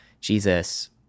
Jesus